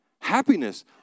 Happiness